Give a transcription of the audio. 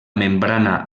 membrana